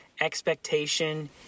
expectation